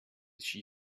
she